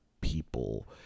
people